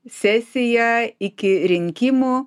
sesiją iki rinkimų